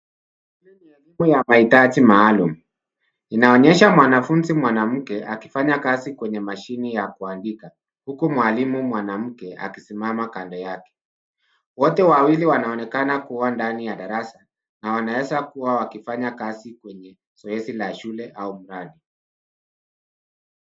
Huu ni mfumo wa mahitaji maalum. Inaonyesha mwanafunzi mwanamke akifanya kazi kwenye mashini ya kuandika huku mwalimu mwanamke akisimama kando yake. Wote wawili wanaonekana kuwa ndani ya darasa na wanaweza kuwa wakifanya kazi kwenye zoezi la shule au mradi.